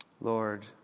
Lord